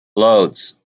loads